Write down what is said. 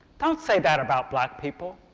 don't say that about black people!